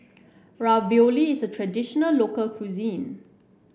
Ravioli is a traditional local cuisine